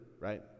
right